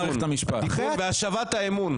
התיקון והשבת האמון.